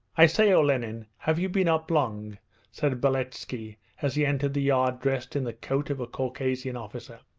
i say, olenin, have you been up long said beletski as he entered the yard dressed in the coat of a caucasian officer.